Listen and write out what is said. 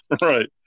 right